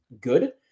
good